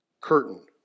curtain